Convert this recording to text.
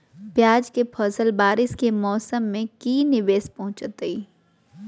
प्याज के फसल बारिस के मौसम में की निवेस पहुचैताई?